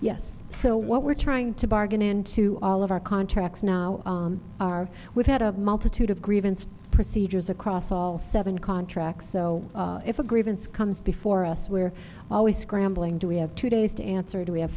yes so what we're trying to bargain in to all of our contracts now are we've had a multitude of grievance procedures across all seven contracts so if a grievance comes before us we're always scrambling do we have two days to answer do we have